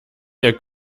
ihr